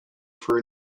for